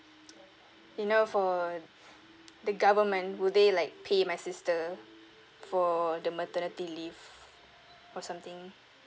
you know for the government will they like pay my sister for the maternity leave or something